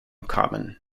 common